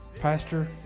pastor